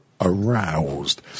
aroused